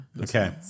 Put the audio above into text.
Okay